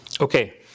Okay